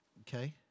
Okay